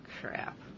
crap